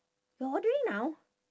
you're ordering now